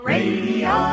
Radio